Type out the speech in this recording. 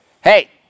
hey